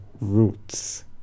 roots